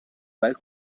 bel